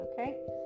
okay